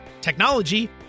technology